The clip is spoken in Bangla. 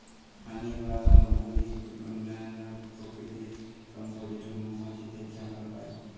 হানি বা মধু ইক অনল্য পারকিতিক সম্পদ যেট মোমাছি থ্যাকে আমরা পায়